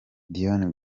dion